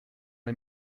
les